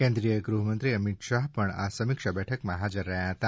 કેન્દ્રીય ગૃહમંત્રી અમિત શાહ પણ આ સમીક્ષા બેઠકમાં હાજર રહ્યા હતા